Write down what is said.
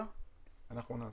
נעביר.